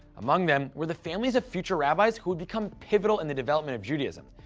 among them were the families of future rabbis who would become pivotal in the development of judaism.